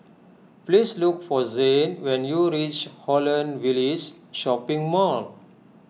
please look for Zhane when you reach Holland Village Shopping Mall